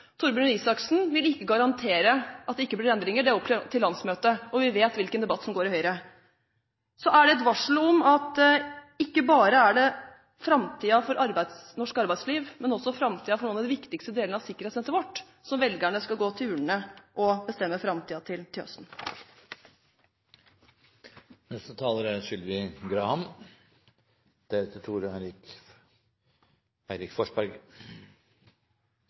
Torbjørn Røe Isaksen vil ikke garantere at det ikke blir endringer, det er opp til landsmøtet, og vi vet hvilken debatt som går i Høyre – er det et varsel om at ikke bare er det framtiden for norsk arbeidsliv, men også framtiden for noen av de viktigste delene av sikkerhetsnettet vårt som velgerne skal gå til urnene og bestemme over til